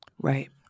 Right